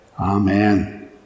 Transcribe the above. Amen